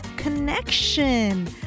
connection